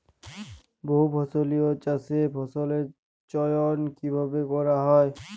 বহুফসলী চাষে ফসলের চয়ন কীভাবে করা হয়?